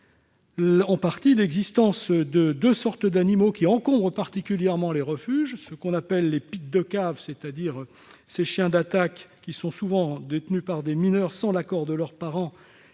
en partie, l'existence de deux sortes d'animaux, qui encombrent particulièrement les refuges. Les premiers, appelés « pits de cave », sont des chiens d'attaque souvent détenus par des mineurs, sans l'accord de leurs parents.